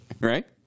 right